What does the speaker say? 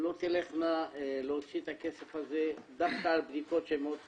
לא תלכנה להוציא את הכסף הזה דווקא על בדיקות שהן מאוד חשובות.